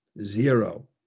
Zero